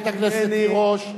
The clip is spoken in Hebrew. חברת הכנסת תירוש,